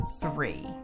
three